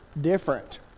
different